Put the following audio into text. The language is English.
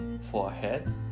forehead